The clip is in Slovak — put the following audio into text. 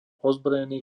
ozbrojený